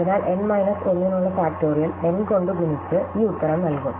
അതിനാൽ n minus 1 നുള്ള factorial n കൊണ്ട് ഗുണിച്ച് ഈ ഉത്തരം നൽകും